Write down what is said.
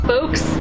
Folks